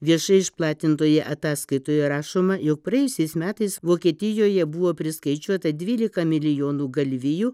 viešai išplatintoje ataskaitoje rašoma jog praėjusiais metais vokietijoje buvo priskaičiuota dvylika milijonų galvijų